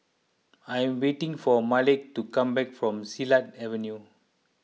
I am waiting for Malik to come back from Silat Avenue